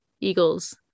Eagles